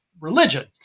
religion